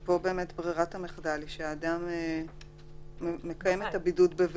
פה ברירת המחדל היא שבן אדם מקיים את הבידוד בביתו,